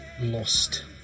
lost